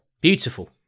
Beautiful